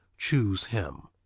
choose him.